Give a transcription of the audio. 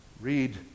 Read